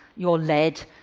you're led,